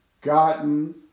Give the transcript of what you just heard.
gotten